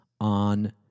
on